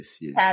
yes